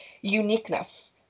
uniqueness